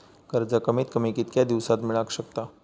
कर्ज कमीत कमी कितक्या दिवसात मेलक शकता?